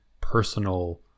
personal